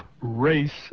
race